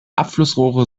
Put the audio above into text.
abflussrohre